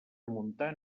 muntar